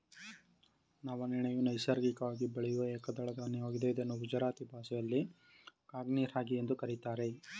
ನವಣೆಯು ನೈಸರ್ಗಿಕವಾಗಿ ಬೆಳೆಯೂ ಏಕದಳ ಧಾನ್ಯವಾಗಿದೆ ಇದನ್ನು ಗುಜರಾತಿ ಭಾಷೆಯಲ್ಲಿ ಕಾಂಗ್ನಿ ರಾಗಿ ಎಂದು ಕರಿತಾರೆ